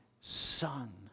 son